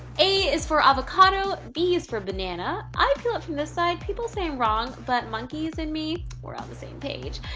a is for avocado. b is for banana. i peel it from this side. people say i'm wrong but monkeys and me we're on the same page.